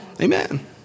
Amen